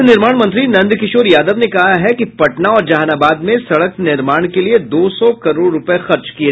पथ निर्माण मंत्री नंदकिशोर यादव ने कहा है कि पटना और जहानाबाद में सड़क निर्माण के लिये दो सौ करोड़ रूपये खर्च होंगे